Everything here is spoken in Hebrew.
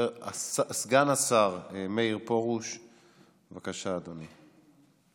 סגן השר מאיר פרוש, בבקשה, אדוני.